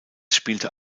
spielte